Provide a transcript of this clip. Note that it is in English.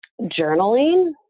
journaling